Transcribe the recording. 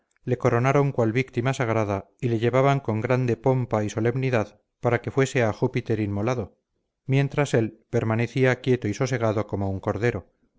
le coronaron cual víctima sagrada y le llevaban con grande pompa y solemnidad para que fuese a júpiter inmolado mientras él permanecía quieto y sosegado como un cordero